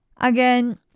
Again